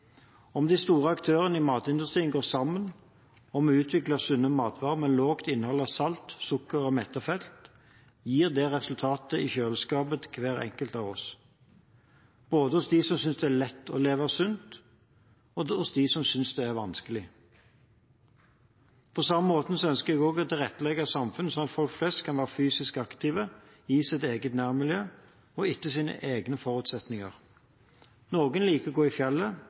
Om de store aktørene i matindustrien går sammen om å utvikle sunne matvarer med lavt innhold av salt, sukker og mettet fett, gir det resultater i kjøleskapet til hver enkelt av oss, både hos dem som synes det er lett å leve sunt, og hos dem som synes det er vanskelig. På samme måte ønsker jeg å tilrettelegge samfunnet slik at folk flest kan være fysisk aktive i sitt eget nærmiljø og etter sine egne forutsetninger. Noen liker å gå i fjellet,